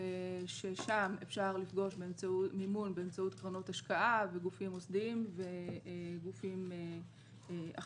ששם אפשר לפגוש מימון באמצעות קרנות השקעה וגופים מוסדיים וגופים אחרים.